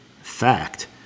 Fact